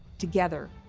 together,